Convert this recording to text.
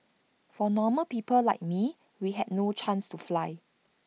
for normal people like me we had no chance to fly